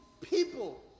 people